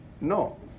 no